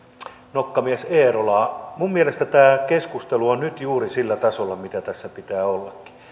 nokkamies eerolaa minun mielestäni tämä keskustelu on nyt juuri sillä tasolla millä sen tässä pitää ollakin